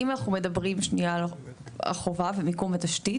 אם אנחנו מדברים על החובה ועל מיקום התשתית,